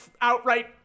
outright